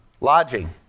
lodging